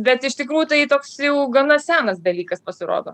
bet iš tikrųjų tai toks jau gana senas dalykas pasirodo